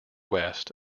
west